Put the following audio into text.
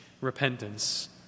repentance